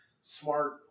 smart